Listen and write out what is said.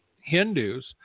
Hindus